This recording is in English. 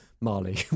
Marley